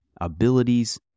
abilities